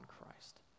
Christ